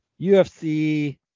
UFC